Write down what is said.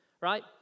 Right